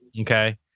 Okay